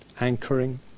Anchoring